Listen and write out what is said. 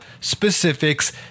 specifics